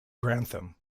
grantham